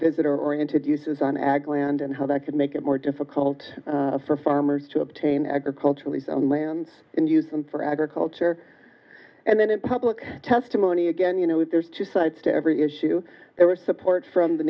visitor oriented uses on ag land and how that could make it more difficult for farmers to obtain agricultural his own lands and use them for agriculture and then in public testimony again you know there's two sides to every issue there is support from the